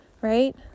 right